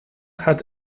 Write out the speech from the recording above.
had